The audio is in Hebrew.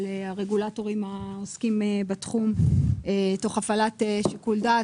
הרגולטורים העוסקים בתחום תוך הפעלת שיקול דעת.